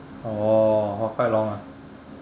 oh oh quite long ah